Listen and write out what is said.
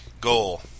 goal